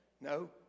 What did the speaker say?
No